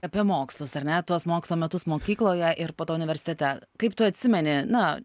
apie mokslus ar ne tuos mokslo metus mokykloje ir po to universitete kaip tu atsimeni na